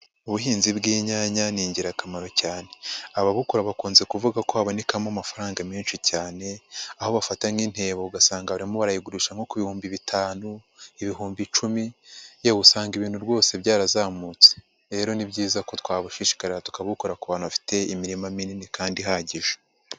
Ubuhinzi bw'inyanya ni ingirakamaro cyane, ababukora bakunze kuvuga ko habonekamo amafaranga menshi cyane, aho bafata nk'intebo ugasanga barimo barayigurisha nko ku bihumbi bitanu, ibihumbi icumi, yewe usanga ibintu rwose byarazamutse. Rero ni byiza ko twabushishikarira tukabukora ku bantu bafite imirima minini kandi ihagije.